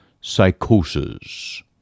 psychosis